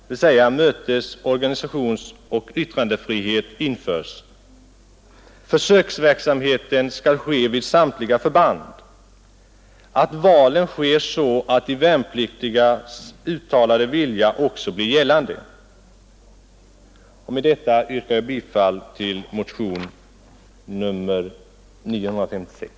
Valen skall ske så att de värnpliktigas uttalade vilja också blir gällande. Fru talman! Med det anförda yrkar jag bifall till motionen 956.